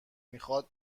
میخواد